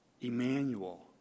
Emmanuel